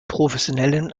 professionellen